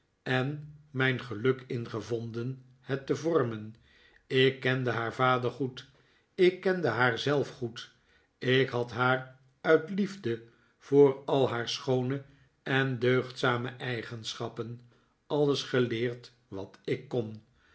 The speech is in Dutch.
en mijn geluk in gevonden het te vormen ik kende haar vader goed ik kende haar zelf goed ik had haar uit liefde voor al haar schoone en deugdzame eigenschappen alles geleerd wat ik kon